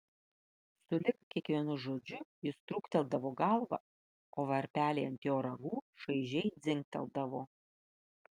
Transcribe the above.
sulig kiekvienu žodžiu jis trūkteldavo galvą o varpeliai ant jo ragų šaižiai dzingteldavo